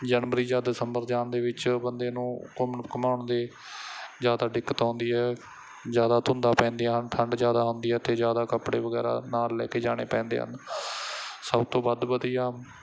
ਜਨਵਰੀ ਜਾਂ ਦਸੰਬਰ ਜਾਣ ਦੇ ਵਿੱਚ ਬੰਦੇ ਨੂੰ ਘੁੰਮਣ ਘੁੰਮਾਉਣ ਦੀ ਜ਼ਿਆਦਾ ਦਿੱਕਤ ਆਉਂਦੀ ਹੈ ਜ਼ਿਆਦਾ ਧੁੰਦਾਂ ਪੈਂਦੀਆਂ ਹਨ ਠੰਡ ਜ਼ਿਆਦਾ ਹੁੰਦੀ ਹੈ ਅਤੇ ਜ਼ਿਆਦਾ ਕੱਪੜੇ ਵਗੈਰਾ ਨਾਲ ਲੈ ਕੇ ਜਾਣੇ ਪੈਂਦੇ ਹਨ ਸਭ ਤੋਂ ਵੱਧ ਵਧੀਆ